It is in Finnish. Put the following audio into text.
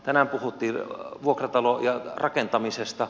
tänään puhuttiin vuokratalorakentamisesta